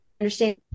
understand